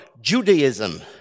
Judaism